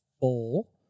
bowl